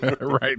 right